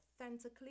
authentically